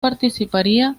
participaría